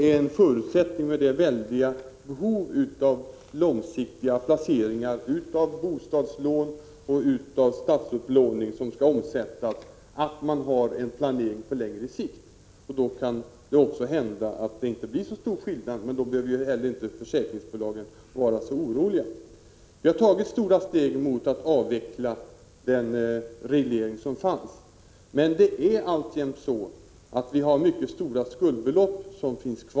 Med de väldiga behov av långsiktiga placeringar av bostadslån och av statsupplåning som skall omsättas är det en förutsättning att man har en planering på längre sikt. Då kan det också hända att det inte blir så stor skillnad, men då behöver heller inte försäkringsbolagen vara så oroliga. Vi har tagit stora steg mot att avveckla den reglering som fanns, men vi har alltjämt kvar mycket stora skuldbelopp.